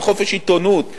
עם חופש עיתונות,